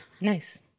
Nice